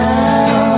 now